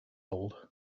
gold